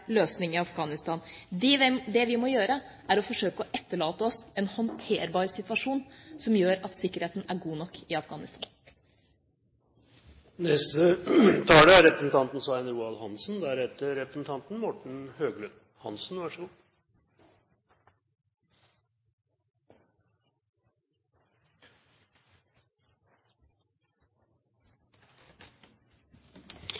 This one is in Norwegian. løsning i Afghanistan. Det vi må gjøre, er å forsøke å etterlate oss en håndterbar situasjon som gjør at sikkerheten er god nok i